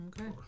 Okay